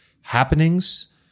happenings